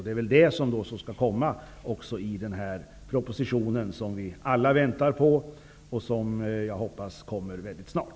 Det är väl vad som skall finnas med i den proposition vi alla väntar på och som jag hoppas kommer att läggas fram snart.